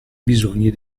bisogni